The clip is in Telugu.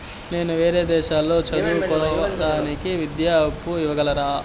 నేను వేరే దేశాల్లో చదువు కోవడానికి విద్యా అప్పు ఇవ్వగలరా?